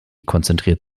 konzentriert